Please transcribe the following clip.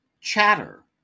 Chatter